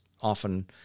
often